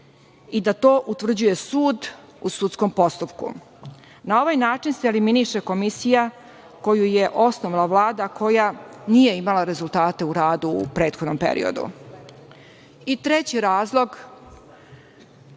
i da to utvrđuje sud u sudskom postupku. Na ovaj način se eliminiše komisija koju je osnovala Vlada, koja nije imala rezultate u radu u prethodnom periodu. Treći razlog,